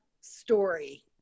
story